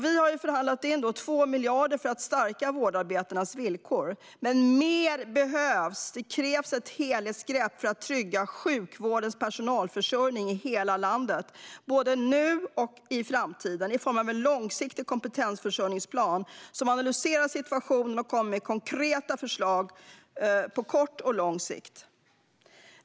Vi har förhandlat in 2 miljarder för att stärka vårdarbetarnas villkor, men mer behövs. Det krävs ett helhetsgrepp för att trygga sjukvårdens personalförsörjning i hela landet både nu och i framtiden i form av en långsiktig kompetensförsörjningsplan som analyserar situationen och kommer med konkreta förslag på kort och lång sikt.